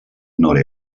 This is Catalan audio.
nord